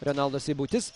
renaldas seibutis